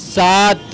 سات